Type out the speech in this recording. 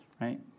right